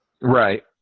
right